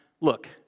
Look